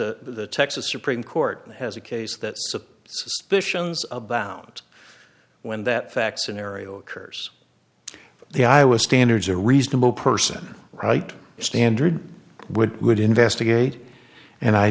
a the texas supreme court has a case that suspicions about when that fact scenario occurs the i was standards a reasonable person right standard would would investigate and i